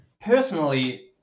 personally